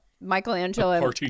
Michelangelo